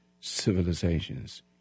civilizations